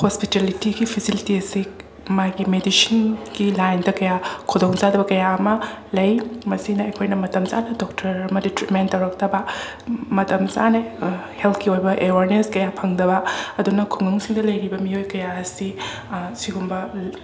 ꯍꯣꯁꯄꯤꯇꯦꯂꯤꯇꯤꯒꯤ facility ꯑꯁꯤ ꯃꯥꯒꯤ ꯃꯦꯗꯤꯁꯤꯟꯒꯤ ꯂꯥꯏꯟꯗ ꯀꯥꯌꯥ ꯈꯨꯗꯣꯡ ꯆꯥꯗꯕ ꯀꯌꯥ ꯑꯃ ꯂꯩ ꯃꯁꯤꯅ ꯑꯩꯈꯣꯏꯅ ꯃꯇꯝ ꯆꯥꯅ ꯗꯣꯛꯇꯔ ꯑꯃꯗꯤ ꯇ꯭ꯔꯤꯠꯃꯦꯟ ꯇꯧꯔꯛꯇꯕ ꯃꯇꯝ ꯆꯥꯅ ꯍꯦꯜꯠꯀꯤ ꯑꯣꯏꯕ ꯑꯦꯋꯥꯔꯅꯦꯁ ꯀꯌꯥ ꯐꯪꯗꯕ ꯑꯗꯨꯅ ꯈꯨꯡꯒꯪꯁꯤꯡꯗ ꯂꯩꯔꯤꯕ ꯃꯤꯌꯣꯏ ꯀꯌꯥ ꯑꯁꯤ ꯁꯤꯒꯨꯝꯕ